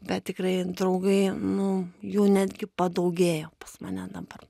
bet tikrai draugai nu jų netgi padaugėjo pas mane dabar